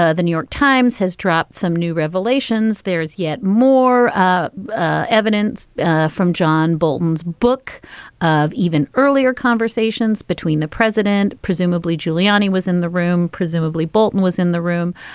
ah the new york times has dropped some new revelations. there's yet more ah ah evidence from john bolton's book of even earlier conversations between the president. presumably giuliani was in the room. presumably bolton was in the room,